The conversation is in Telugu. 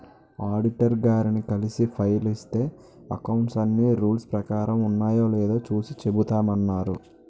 ఆడిటర్ గారిని కలిసి ఫైల్ ఇస్తే అకౌంట్స్ అన్నీ రూల్స్ ప్రకారం ఉన్నాయో లేదో చూసి చెబుతామన్నారు